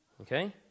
okay